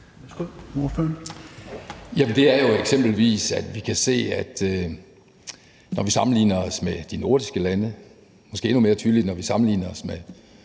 Troels Ravn (S): Jamen det er jo eksempelvis, at vi kan se, når vi sammenligner os med de nordiske lande – og måske endnu mere tydeligt, når vi sammenligner os med